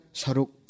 saruk